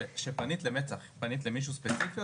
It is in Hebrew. כשפנית למצ"ח, פנית למישהו ספציפי?